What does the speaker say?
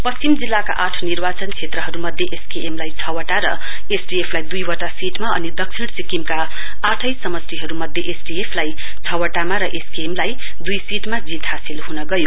पश्चिम जिल्लाका आठ निर्वाचन क्षेत्रहरुमध्ये एसकेएम लाई छ वटा र एसडिएफ लाई दुई सीटमा अनि दक्षिण सिक्किमका आठै समस्टिहरु मध्ये एसडिएफ लाई छ वटा र एसकेएमलाई दुई सीटमा जीत हासिल हुन गयो